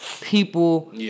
people